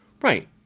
right